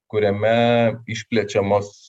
kuriame išplečiamos